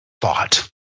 thought